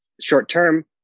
short-term